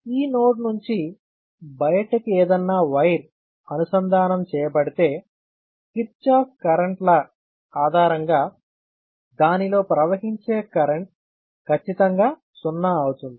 ఈ నోడ్ నుంచి బయటకి ఏదన్నా వైర్ అనుసంధానం చేయబడితే కిర్చాఫ్ కరెంట్ లాKirchhoff's current law ఆధారంగా దానిలో ప్రవహించే కరెంట్ ఖచ్చితంగా సున్నా అవుతుంది